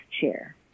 chair